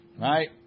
right